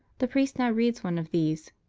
the priest now reads one of these.